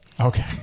Okay